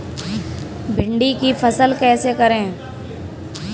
भिंडी की फसल कैसे करें?